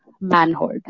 manhood